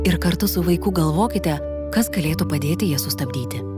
ir kartu su vaiku galvokite kas galėtų padėti jas sustabdyti